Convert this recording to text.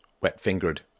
wet-fingered